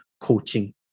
coaching